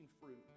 fruit